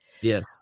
Yes